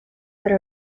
para